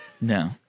No